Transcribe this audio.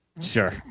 Sure